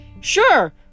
Sure